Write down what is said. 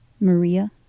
Maria